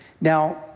Now